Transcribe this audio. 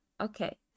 Okay